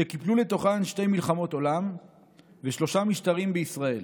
שקיפלו לתוכן שתי מלחמות עולם ושלושה משטרים בישראל: